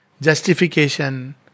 Justification